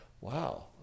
wow